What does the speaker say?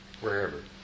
wherever